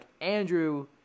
Andrew